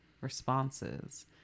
responses